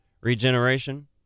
regeneration